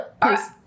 Please